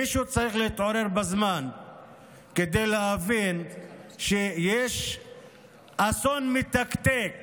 מישהו צריך להתעורר בזמן כדי להבין שיש אסון מתקתק